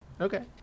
Okay